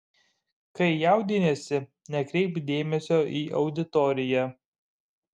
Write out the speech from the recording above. kai jaudiniesi nekreipk dėmesio į auditoriją